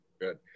Good